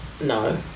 No